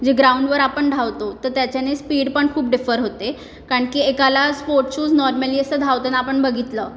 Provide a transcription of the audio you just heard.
जे ग्राउंडवर आपण धावतो तर त्याच्यानी स्पीड पण खूप डीफर होते कारण की एकाला स्पोर्ट शूज नॉर्मली असं धावताना आपण बघितलं